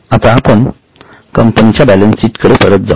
आता आपण कंपनीच्या बॅलन्सशीट कडे परत जाऊ